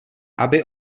aby